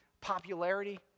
popularity